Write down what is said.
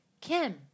Kim